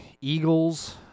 Eagles